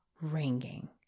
ringing